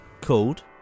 Called